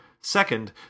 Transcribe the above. Second